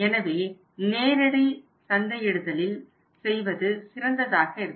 எனவே நேரடி சந்தையிடுதலில் செய்வது சிறந்ததாக இருக்கும்